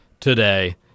today